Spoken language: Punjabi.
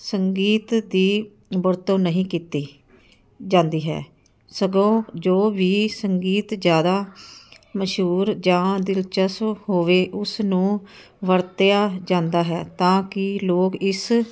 ਸੰਗੀਤ ਦੀ ਵਰਤੋਂ ਨਹੀਂ ਕੀਤੀ ਜਾਂਦੀ ਹੈ ਸਗੋਂ ਜੋ ਵੀ ਸੰਗੀਤ ਜ਼ਿਆਦਾ ਮਸ਼ਹੂਰ ਜਾਂ ਦਿਲਚਸਪ ਹੋਵੇ ਉਸ ਨੂੰ ਵਰਤਿਆ ਜਾਂਦਾ ਹੈ ਤਾਂ ਕਿ ਲੋਕ ਇਸ